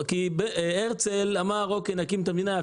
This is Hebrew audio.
הרצל אמר שנקים מדינה,